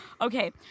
Okay